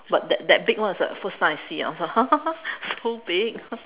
but that that big one is the first time I see ya so big